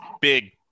big